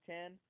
Ten